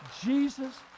Jesus